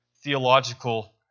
theological